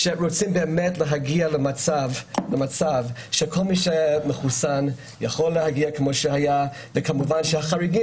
רוצים להגיע למצב שכל מי שמחוסן יכול להגיע וכמובן החריגים